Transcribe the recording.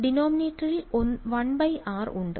ഡിനോമിനേറ്ററിൽ 1 by r ഉണ്ട്